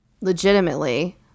legitimately